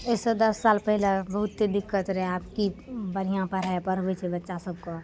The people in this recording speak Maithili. अइसँ दस साल पहिले बहुते दिक्कत रहय आब कि बढ़िआँ पढ़ाइ पढ़बय छै बच्चा सभके